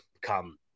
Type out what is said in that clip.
come